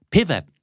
Pivot